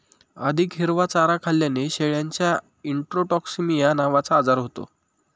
अधिक हिरवा चारा खाल्ल्याने शेळ्यांना इंट्रोटॉक्सिमिया नावाचा आजार होतो